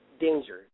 danger